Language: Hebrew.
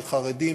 לחרדים,